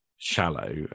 shallow